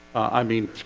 i mean